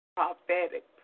prophetic